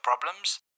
problems